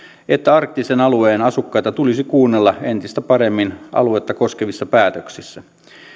että arktisen alueen asukkaita tulisi kuunnella entistä paremmin aluetta koskevissa päätöksissä